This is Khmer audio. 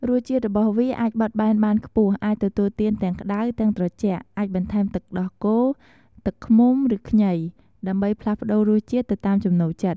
រសជាតិរបស់វាអាចបត់បែនបានខ្ពស់ អាចទទួលទានទាំងក្តៅ ទាំងត្រជាក់ អាចបន្ថែមទឹកដោះគោ ទឹកឃ្មុំ ឬខ្ញី ដើម្បីផ្លាស់ប្តូររសជាតិទៅតាមចំណូលចិត្ត។